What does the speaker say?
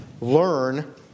learn